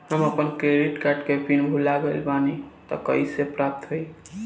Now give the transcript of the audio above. हम आपन credit card के पिन भुला गइल बानी त कइसे प्राप्त होई?